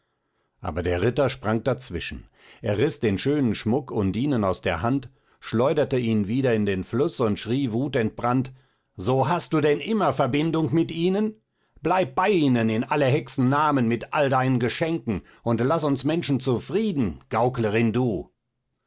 aber der ritter sprang dazwischen er riß den schönen schmuck undinen aus der hand schleuderte ihn wieder in den fluß und schrie wutentbrannt so hast du denn immer verbindung mit ihnen bleib bei ihnen in aller hexen namen mit all deinen geschenken und laß uns menschen zufrieden gauklerin du